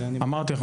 אמרתי לכם,